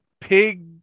pig